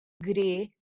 grey